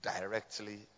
directly